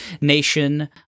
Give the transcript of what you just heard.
nation